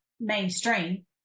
mainstream